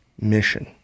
mission